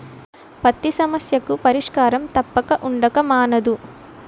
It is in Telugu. పతి సమస్యకు పరిష్కారం తప్పక ఉండక మానదు